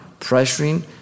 pressuring